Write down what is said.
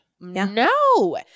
No